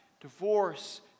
divorce